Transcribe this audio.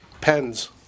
pens